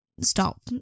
stop